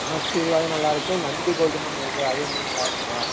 ஆசிர்வாதும் நல்லாயிருக்கும் நந்தி கோல்டுன்னு ஒன்று இருக்குது அது இன்னும் நல்லா இருக்கும்